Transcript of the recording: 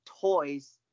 toys